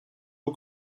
who